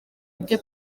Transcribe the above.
ibyo